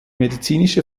medizinische